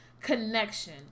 connection